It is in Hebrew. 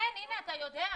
כן, הנה, אתה יודע.